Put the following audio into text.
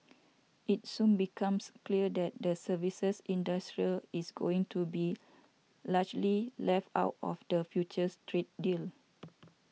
it soon becomes clear that the services industry is going to be largely left out of the future trade deal